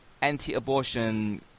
anti-abortion